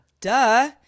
Duh